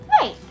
Right